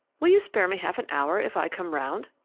will you spare me half an hour if i come round?